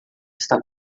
está